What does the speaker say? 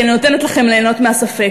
כי אני נותנת לכם ליהנות מהספק,